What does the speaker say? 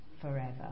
forever